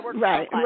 right